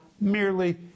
merely